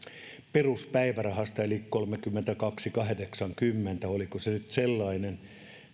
peruspäivärahan kautta eli kolmekymmentäkaksi pilkku kahdeksankymmentä oliko se nyt sellainen